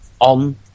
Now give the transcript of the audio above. on